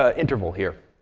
ah interval here.